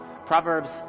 Proverbs